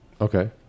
Okay